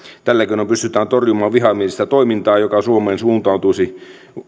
tällä keinoin pystytään torjumaan vihamielistä toimintaa joka suomeen suuntautuisi